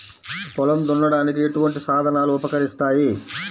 పొలం దున్నడానికి ఎటువంటి సాధనాలు ఉపకరిస్తాయి?